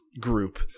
group